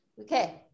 okay